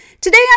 Today